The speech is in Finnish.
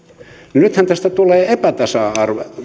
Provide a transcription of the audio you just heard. niin nythän tästä tulee epätasa